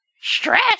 stress